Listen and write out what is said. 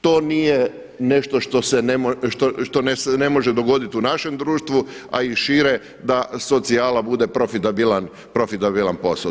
To nije nešto što se ne može dogoditi u našem društvu, a i šire da socijala bude profitabilan posao.